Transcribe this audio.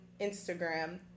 Instagram